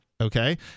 okay